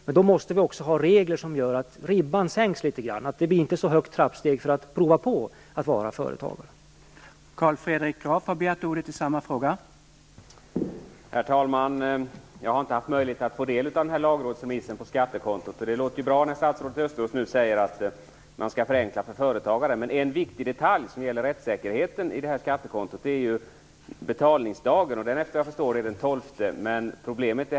Men då måste vi också ha regler som gör att ribban sänks litet grand, att trappsteget när man skall prova på att vara företagare inte blir så högt.